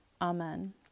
Amen